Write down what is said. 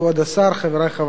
חברי חברי הכנסת,